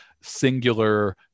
singular